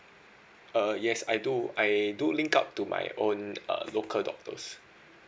uh yes I do I do link up to my own uh local doctors